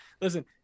listen